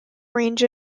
range